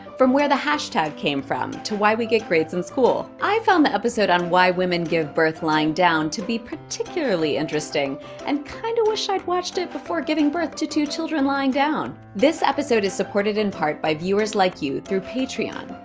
from where the hashtag came from to why we get grades in school. i found the episode on why women give birth lying down to be particularly interesting and kind of wish i'd watched it before giving birth to two children lying down. this episode is supported in part by viewers like you through patreon.